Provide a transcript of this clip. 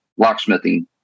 locksmithing